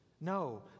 No